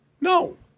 No